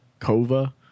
Kova